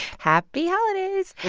happy holidays.